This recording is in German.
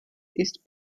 ist